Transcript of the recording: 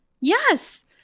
Yes